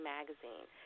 Magazine